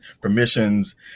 permissions